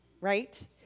Right